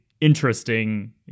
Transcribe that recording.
interesting